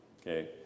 okay